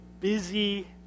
busy